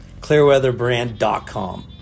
Clearweatherbrand.com